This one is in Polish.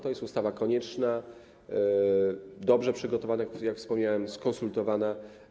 To jest ustawa konieczna, dobrze przygotowana, jak wspomniałem, skonsultowana.